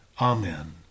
amen